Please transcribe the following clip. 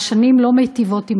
והשנים לא מיטיבות עמנו.